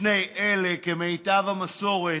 שני אלה, כמיטב המסורת,